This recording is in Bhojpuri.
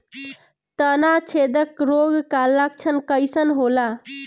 तना छेदक रोग का लक्षण कइसन होला?